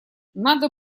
надо